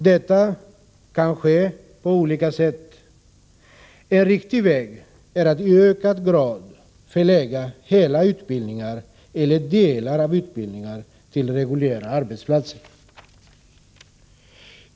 Detta kan ske på olika sätt. En riktig väg är att i ökad grad förlägga hela utbildningar eller delar av utbildningar till reguljära arbetsplatser.